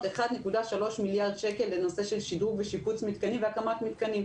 1.3 מיליארד שקל לנושא של שדרוג ושיפוץ מתקנים והקמת מתקנים.